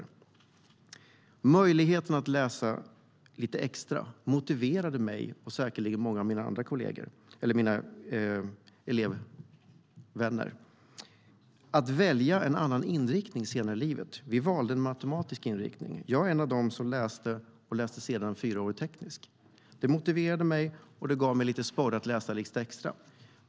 Möjligheten att läsa lite extra motiverade mig, och säkerligen många andra av mina elevvänner, att välja en annan inriktning senare i livet. Vi valde en matematisk inriktning. Jag är en av dem som sedan läste fyraårig teknisk utbildning. Det motiverade mig och gav mig en liten sporre att läsa lite extra.